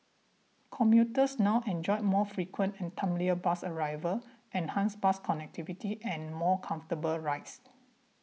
commuters now enjoy more frequent and timelier bus arrivals enhanced bus connectivity and more comfortable rides